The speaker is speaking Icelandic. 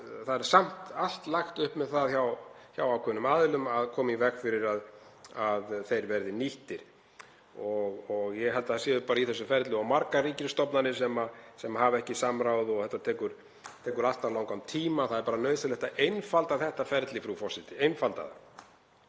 það er samt allt lagt í það hjá ákveðnum aðilum að koma í veg fyrir að þeir verði nýttir. Ég held að það séu bara í þessu ferli of margar ríkisstofnanir sem hafa ekki samráð og þetta tekur allt of langan tíma. Það er nauðsynlegt að einfalda þetta ferli, frú forseti. Við erum að